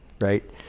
right